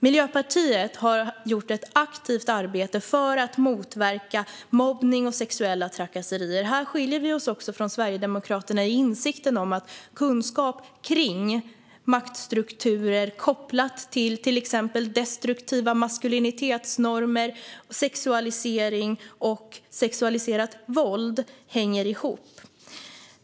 Miljöpartiet har gjort ett aktivt arbete för att motverka mobbning och sexuella trakasserier. Också här skiljer vi oss från Sverigedemokraterna i kunskapen om maktstrukturer kopplade till exempelvis destruktiva maskulinitetsnormer, sexualisering och sexualiserat våld och insikten att det hänger ihop.